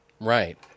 Right